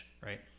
Right